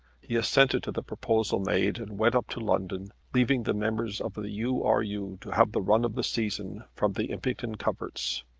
he assented to the proposal made and went up to london, leaving the members of the u. r. u. to have the run of the season from the impington coverts.